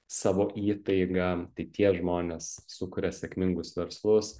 savo įtaiga tai tie žmonės sukuria sėkmingus verslus